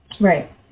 Right